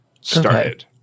started